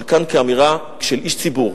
אבל כאן כאמירה של איש ציבור,